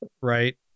Right